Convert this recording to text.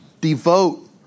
devote